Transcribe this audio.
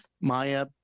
Maya